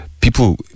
people